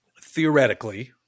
theoretically